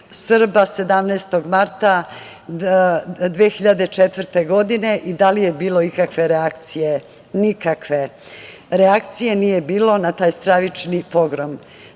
17. marta 2004. godine i da li je bilo ikakve reakcije? Nikakve reakcije nije bilo na taj stravični pogrom.